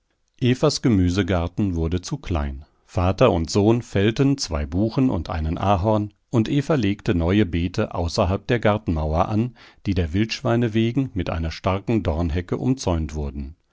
evas gemüsegarten wurde zu klein vater und sohn fällten zwei buchen und einen ahorn und eva legte neue beete außerhalb der gartenmauer an die der wildschweine wegen mit einer starken dornhecke umzäunt wurden